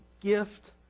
gift